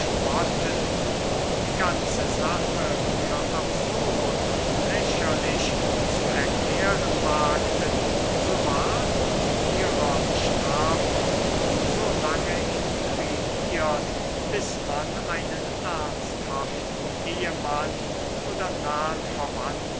spotten und die ganze sache für absurd und lächerlich zu erklären wagten so ward zu ihrer bestrafung so lange intrigiert bis man einen ernsthaften ehemann oder nahen verwandten